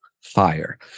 fire